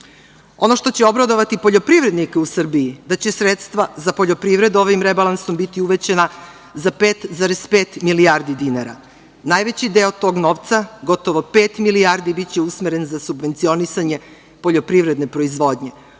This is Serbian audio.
što će obradovati poljoprivrednike u Srbiji je da će sredstva za poljoprivredu ovim rebalansom biti uvećana za 5,5 milijardi dinara. Najveći deo tog novca, gotovo pet milijardi, biće usmeren za subvencionisanje poljoprivredne proizvodnje. Ukupni